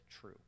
true